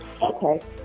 Okay